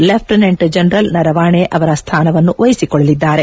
lieutenant general Naravane ಅವರ ಸ್ನಾನವನ್ನು ವಹಿಸಿಕೊಳ್ಲಲಿದ್ದಾರೆ